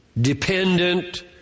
dependent